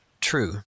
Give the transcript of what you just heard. true